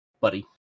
buddy